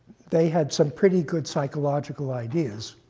they had some pretty good psychological ideas.